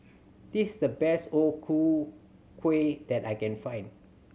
this is the best O Ku Kueh that I can find